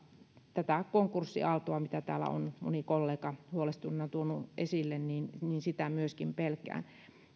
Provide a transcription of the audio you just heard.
tätä konkurssiaaltoa mitä täällä on moni kollega huolestuneena tuonut esille myöskin pelkään